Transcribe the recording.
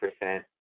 percent